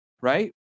right